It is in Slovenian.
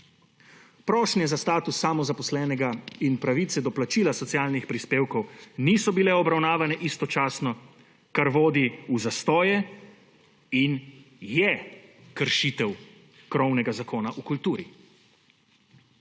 Prošnje za status samozaposlenega in pravice do plačila socialnih prispevkov niso bile obravnavane istočasno, kar vodi v zastoje in je kršitev krovnega zakona o kulturi.